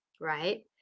Right